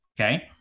Okay